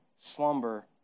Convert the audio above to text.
slumber